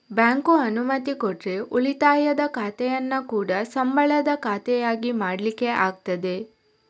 bank ಅನುಮತಿ ಕೊಟ್ರೆ ಉಳಿತಾಯ ಖಾತೆಯನ್ನ ಕೂಡಾ ಸಂಬಳದ ಖಾತೆ ಆಗಿ ಮಾಡ್ಲಿಕ್ಕೆ ಆಗ್ತದೆ